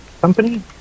Company